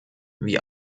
wie